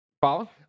Follow